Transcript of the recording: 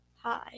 Hi